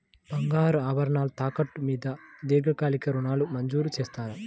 బంగారు ఆభరణాలు తాకట్టు మీద దీర్ఘకాలిక ఋణాలు మంజూరు చేస్తారా?